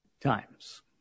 times